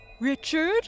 Richard